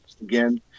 Again